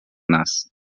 нас